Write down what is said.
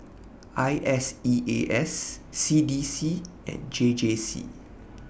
I S E A S C D C and J J C